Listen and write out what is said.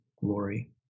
glory